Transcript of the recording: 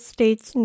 States